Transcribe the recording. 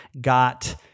got